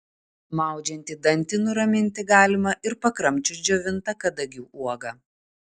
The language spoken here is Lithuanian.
maudžiantį dantį nuraminti galima ir pakramčius džiovintą kadagių uogą